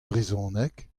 brezhoneg